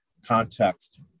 context